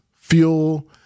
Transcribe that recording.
fuel